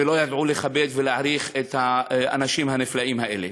ולא ידענו לכבד ולהעריך את האנשים הנפלאים האלה.